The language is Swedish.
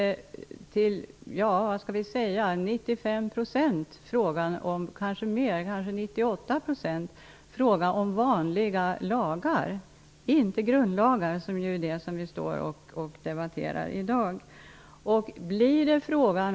Till 95 eller kanske t.o.m. till 98 % är det fråga om vanliga lagar -- inte grundlagar, som vi debatterar i dag.